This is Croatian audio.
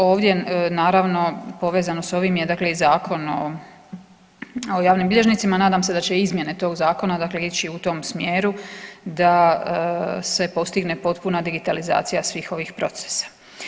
Ovdje naravno povezano s ovim je i Zakon o javnim bilježnicima, nadam se da će izmjene tog zakona ići u tom smjeru da se postigne potpuna digitalizacija svih ovih procesa.